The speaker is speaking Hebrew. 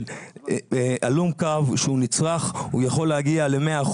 שהלום קרב שהוא נצרך יכול להגיע ל-100%,